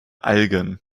algen